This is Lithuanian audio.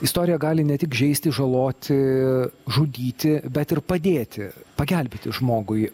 istorija gali ne tik žeisti žaloti žudyti bet ir padėti pagelbėti žmogui